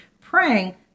praying